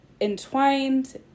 entwined